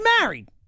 married